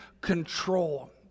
control